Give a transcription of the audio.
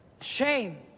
Shame